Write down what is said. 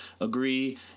agree